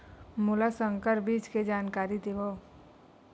मोला संकर बीज के जानकारी देवो?